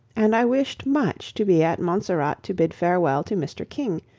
and i wished much to be at montserrat to bid farewell to mr. king,